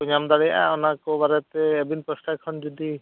ᱠᱚ ᱧᱟᱢ ᱫᱟᱲᱮᱭᱟᱜᱼᱟ ᱚᱱᱟ ᱠᱚ ᱵᱟᱨᱮᱛᱮ ᱟᱹᱵᱤᱱ ᱯᱟᱥᱦᱴᱟ ᱠᱷᱚᱱ ᱡᱩᱫᱤ